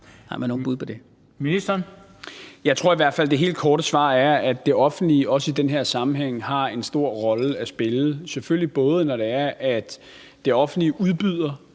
Jeg tror i hvert fald, at det helt korte svar er, at det offentlige også i den her sammenhæng har en stor rolle at spille. Det gælder selvfølgelig, når det offentlige udbyder